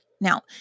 Now